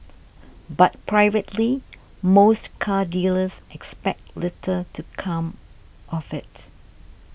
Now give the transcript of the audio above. but privately most car dealers expect little to come of it